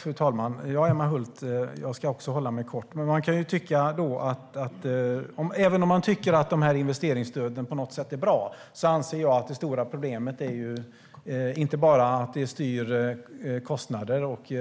Fru talman! Ja, Emma Hult, jag ska också fatta mig kort. Även om man tycker att investeringsstöden på något sätt är bra anser jag att det stora problemet inte bara är att de styr kostnader och